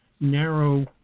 narrow